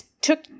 took